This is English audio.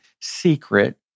secret